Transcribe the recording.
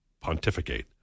pontificate